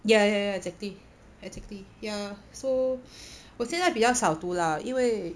ya ya ya exactly exactly ya so 我现在比较少读啦因为